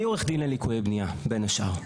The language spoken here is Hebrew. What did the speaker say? אני עורך דין לליקויי בנייה, בין השאר.